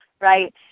right